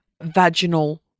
vaginal